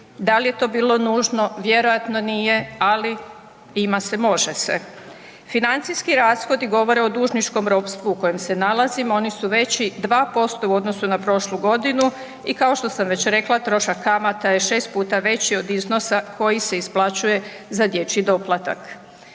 Da li je to bilo nužno? Vjerojatno nije, ali ima se, može se. Financijski rashodi govore o dužničkom ropstvu u koje se nalazimo oni su veći 2% u odnosu na prošlu godinu i kao što sam već rekla trošak kamata je 6 puta veći od iznos koji se isplaćuje za dječji doplatak.